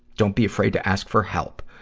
don't be afraid to ask for help.